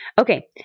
Okay